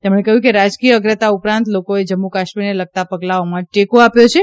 તેમણે કહ્યું કે રાજકીય અગ્રતા ઉપરાંત લોકોએ જમ્મુ કાશ્મીરને લગતાં પગલાંઓમાં ટેકો આપ્યો છે